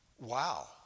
wow